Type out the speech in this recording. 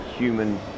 human